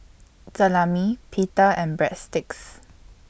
Salami Pita and Breadsticks